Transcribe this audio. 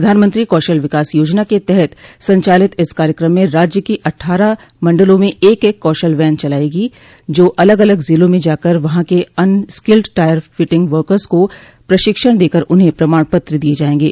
प्रधानमंत्री कौशल विकास योजना के तहत संचालित इस कार्यक्रम में राज्य की अट्ठारह मण्डलों में एक एक कौशल वैन चलाई जायेगी जो अलग अलग ज़िलों में जाकर वहां के अनस्किल्ड टायर फिटिंग वर्कस को प्रशिक्षण देकर उन्हें प्रमाण पत्र दिये जायेंगे